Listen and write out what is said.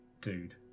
Dude